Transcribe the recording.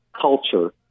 culture